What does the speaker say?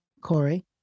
Corey